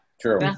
true